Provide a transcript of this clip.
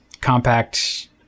compact